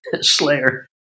slayer